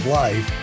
life